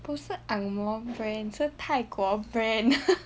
不是 ang moh brand 是泰国 brand